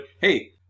hey